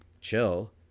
chill